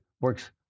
works